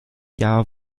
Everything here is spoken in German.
jahr